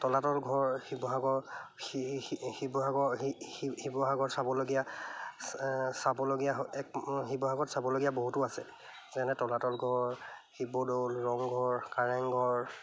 তলাতল ঘৰ শিৱসাগৰ শিৱসাগৰ শিৱসাগৰ চাবলগীয়া চাবলগীয়া এক শিৱসাগৰত চাবলগীয়া বহুতো আছে যেনে তলাতল ঘৰ শিৱদৌল ৰংঘৰ কাৰেংঘৰ